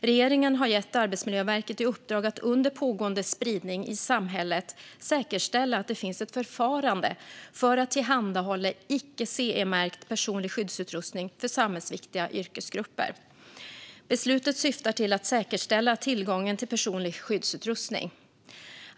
Regeringen har gett Arbetsmiljöverket i uppdrag att under pågående spridning i samhället säkerställa att det finns ett förfarande för att tillhandahålla icke CE-märkt personlig skyddsutrustning för samhällsviktiga yrkesgrupper. Beslutet syftar till att säkerställa tillgången till personlig skyddsutrustning.